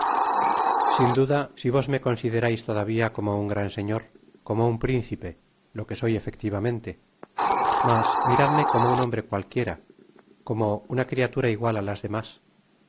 sin duda si vos me considerais todavía como m gran señor como nn principe lo que soy efectivamente mas miradme como un hombre cualquiera como una cratura igual á las demás